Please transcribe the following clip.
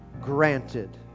granted